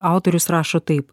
autorius rašo taip